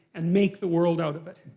and make the world out of it.